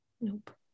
Nope